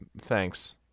thanks